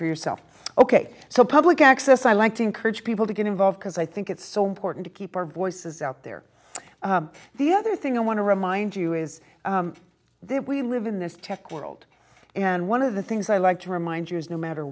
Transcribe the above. for yourself ok so public access i like to encourage people to get involved because i think it's so important to keep our voices out there the other thing i want to remind you is that we live in this tech world and one of the things i like to remind you is no matter